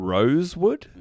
Rosewood